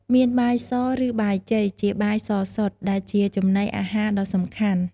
មានបាយស ឬ បាយជ័យ ជាបាយសសុទ្ធ ដែលជាចំណីអាហារដ៏សំខាន់។